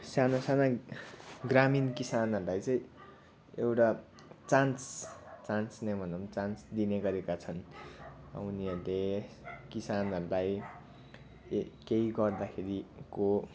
साना साना ग्रामीण किसानहरूलाई चाहिँ एउटा चान्स चान्स नै भनौँ चान्स दिने गरेका छन् उनीहरूले किसानहरूलाई ए केही गर्दाखेरिको